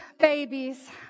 babies